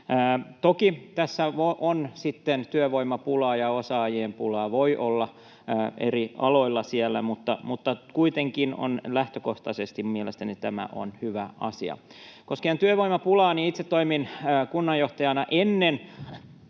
olla sitten työvoimapulaa ja osaajien pulaa, mutta kuitenkin lähtökohtaisesti mielestäni tämä on hyvä asia. Koskien työvoimapulaa: Itse toimin kunnanjohtajana ennen